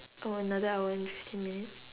oh another hour and fifteen minute